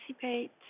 participate